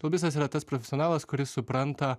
lobistas yra tas profesionalas kuris supranta